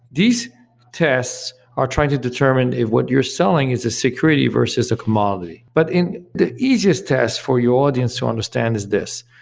these tests are trying to determine if what you're selling is a security versus a commodity. but the easiest test for your audience to understand is this,